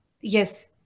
Yes